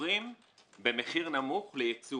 מוכרים במחיר נמוך ליצוא